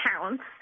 counts